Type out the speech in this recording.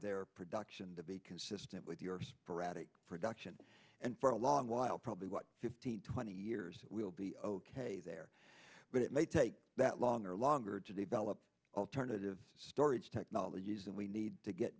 their production to be consistent with your sporadic production and for a long while probably what fifteen twenty years will be ok there but it may take that long or longer to develop alternative storage technologies and we need to get